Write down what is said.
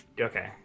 Okay